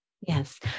Yes